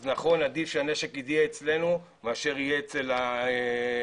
אז נכון, עדיף שהנשק יהיה אצלנו ולא אצל העבריין.